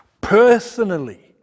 personally